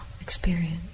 experience